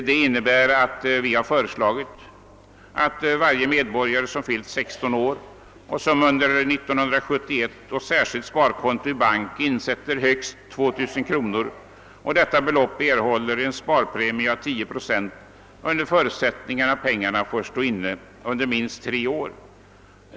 Det innebär att varje medborgare som fyllt 16 år och som under 1971 på särskilt sparkonto i bank insätter högst 2000 kronor på detta belopp skall erhålla en sparpremie på 10 procent under förutsättning av att pengarna får innestå under minst tre år.